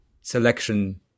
selection